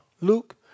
Luke